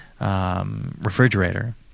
Refrigerator